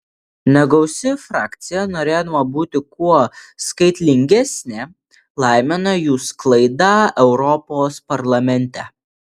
negausi frakcija norėdama būti kuo skaitlingesnė laimina jų sklaidą europos parlamente